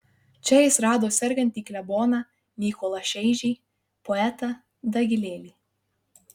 čia jis rado sergantį kleboną mykolą šeižį poetą dagilėlį